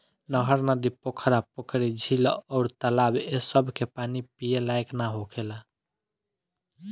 नहर, नदी, पोखरा, पोखरी, झील अउर तालाब ए सभ के पानी पिए लायक ना होखेला